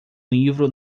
livro